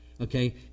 Okay